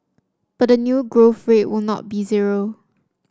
but the new growth rate will not be zero